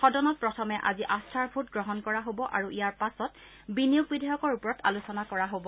সদনত প্ৰথমে আজি আস্থাৰ ভোট গ্ৰহণ কৰা হ'ব আৰু ইয়াৰ পাছত বিনিয়োজন বিধেয়কৰ ওপৰত আলোচনা কৰা হ'ব